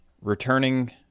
returning